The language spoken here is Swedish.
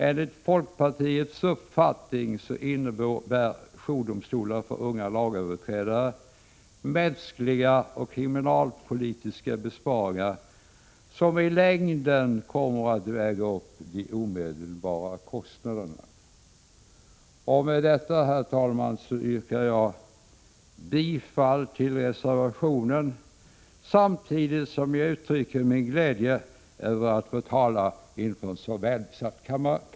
Enligt folkpartiets uppfattning innebär jourdomstolar för unga lagöverträdare mänskliga och kriminalpolitiska besparingar, som i längden kommer att väga upp de omedelbara kostnaderna. Med detta, herr talman, yrkar jag bifall till reservationen, samtidigt som jag uttrycker min glädje över att få tala inför en så välbesatt kammare.